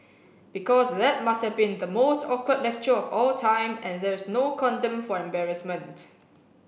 because that must have been the most awkward lecture of all time and there's no condom for embarrassment